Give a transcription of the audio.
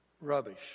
rubbish